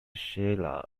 sheila